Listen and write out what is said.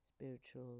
spiritual